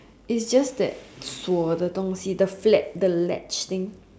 it's just that 我的东西 the flag the ledge thing